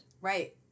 Right